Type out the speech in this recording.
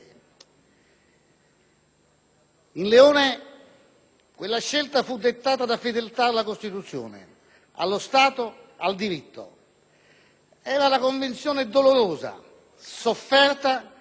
In Leone quella scelta fu dettata da fedeltà alla Costituzione, allo Stato, al diritto: era la convinzione dolorosa, sofferta, ma nitida,